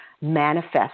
manifest